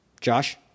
Josh